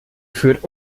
führt